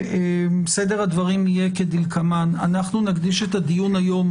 סדר הדברים יהיה כדלקמן: אנחנו נקדיש את הדיון היום,